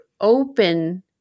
open